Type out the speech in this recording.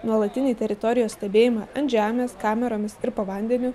nuolatinį teritorijos stebėjimą ant žemės kameromis ir po vandeniu